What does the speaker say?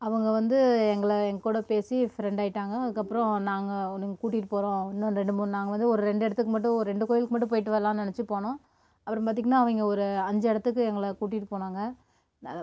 அவங்க வந்து எங்களை எங்கூட பேசி ஃப்ரெண்டாக ஆகிட்டாங்க அதுக்கு அப்புறம் நாங்கள் கூட்டிட்டு போகிறோம் இன்னும் ரெண்டு மூணு நாங்கள் வந்து ஒரு ரெண்டு இடத்துக்கு மட்டும் ஒரு ரெண்டு கோவிலுக்கு மட்டும் போயிட்டு வரலான்னு நினச்சி போனோம் அப்புறம் பார்த்தீங்கனா அவங்க ஒரு அஞ்சு இடத்துக்கு எங்களை கூட்டிகிட்டு போனாங்க